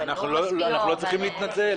אבל לא --- אנחנו לא צריכים להתנצל,